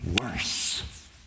worse